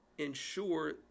ensure